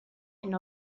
hyn